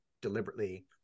deliberately